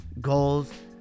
goals